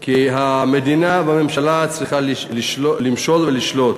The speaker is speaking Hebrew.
כי הממשלה צריכה למשול ולשלוט.